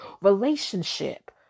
Relationship